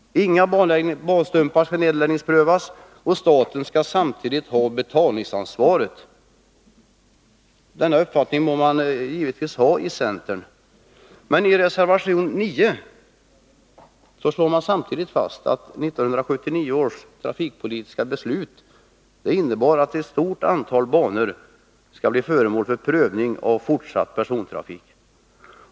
Inga banstumpar kan nedläggningsprövas, och staten skall ha betalningsansvaret. Denna uppfattning må man givetvis ha i centern. Men i reservation 9 slår man samtidigt fast att 1979 års trafikpolitiska beslut innebar att ett stort antal banor skall bli föremål för prövning när det gäller fortsatt persontrafik.